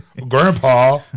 Grandpa